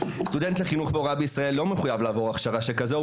סטודנט להוראה וחינוך בישראל לא מחויב לעבור הכשרה שכזו,